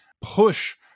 push